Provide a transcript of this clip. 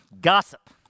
gossip